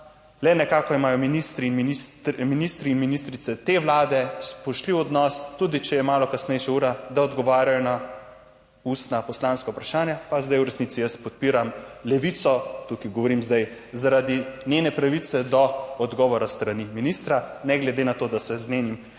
le nekako imajo ministri in ministrice te vlade spoštljiv odnos, tudi če je malo kasnejša ura, da odgovarjajo na ustna poslanska vprašanja, pa zdaj v resnici jaz podpiram Levico, tukaj govorim zdaj zaradi njene pravice do odgovora s strani ministra, ne glede na to, da se z njenim stališčem